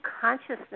consciousness